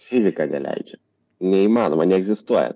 fizika neleidžia neįmanoma neegzistuoja